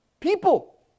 People